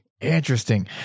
Interesting